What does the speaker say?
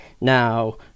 Now